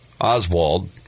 Oswald